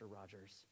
Rogers